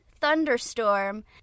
thunderstorm